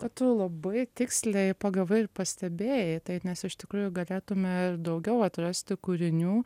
kad tu labai tiksliai pagavai ir pastebėjai tai nes iš tikrųjų galėtumėme ir daugiau atrasti kūrinių